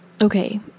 okay